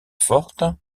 forte